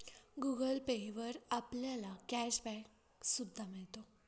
Google Pay वर आपल्याला cash back सुद्धा मिळतो